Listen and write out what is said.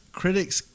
critics